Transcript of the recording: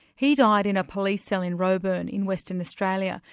he died in a police cell in roebourne in western australia,